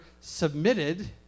submitted